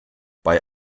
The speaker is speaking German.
bei